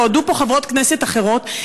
והודו פה חברות כנסת אחרות.